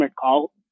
call